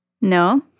No